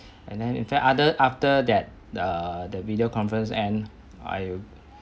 and then in fact other after that the the video conference and I